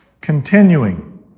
Continuing